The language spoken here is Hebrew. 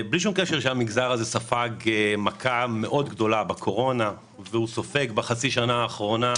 יש לקחת בחשבון שהמגזר הזה ספג מכה גדולה בקורונה וסופג בשנה האחרונה